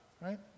right